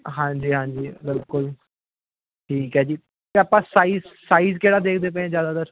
ਹਾਂਜੀ ਹਾਂਜੀ ਬਿਲਕੁਲ ਠੀਕ ਹੈ ਜੀ ਤਾਂ ਆਪਾਂ ਸਾਈਜ਼ ਸਾਈਜ਼ ਕਿਹੜਾ ਦੇਖਦੇ ਪਏ ਹੈ ਜ਼ਿਆਦਾਤਰ